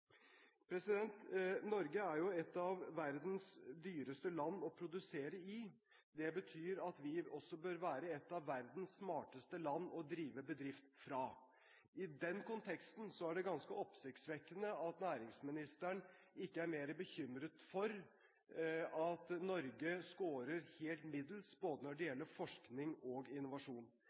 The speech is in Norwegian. Norge er jo et av verdens dyreste land å produsere i. Det betyr at vi også bør være et av verdens smarteste land å drive bedrift fra. I den konteksten er det ganske oppsiktsvekkende at næringsministeren ikke er mer bekymret for at Norge skårer helt middels når det gjelder både forskning og innovasjon.